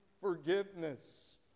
forgiveness